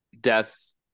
death